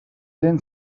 then